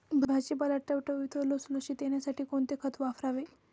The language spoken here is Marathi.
भाजीपाला टवटवीत व लुसलुशीत येण्यासाठी कोणते खत वापरावे?